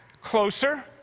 closer